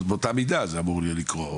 אז זה אמור לקרות באותה מידה.